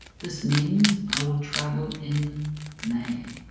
this means i will travel in may.